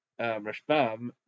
Rashbam